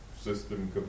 system